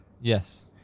Yes